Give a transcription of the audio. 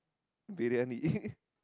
Briyani